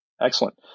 Excellent